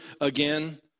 again